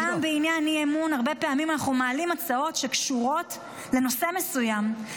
גם בעניין אי-אמון הרבה פעמים אנחנו מעלים הצעות שקשורות לנושא מסוים,